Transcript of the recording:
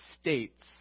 states